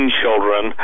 children